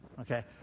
Okay